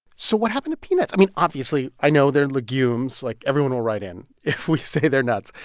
so what happened to peanuts? i mean, obviously i know they're legumes. like, everyone will write in if we say they're nuts.